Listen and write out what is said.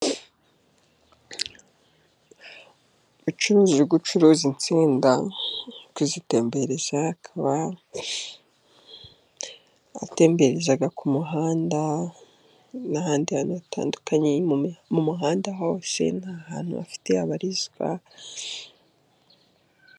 Ubucuruzi; gucuruza insenda, kuzitembereza, akaba atembereza ku muhanda n'ahandi hantu hatandukanye mu muhanda hose, ni ahantu afite abarizwa.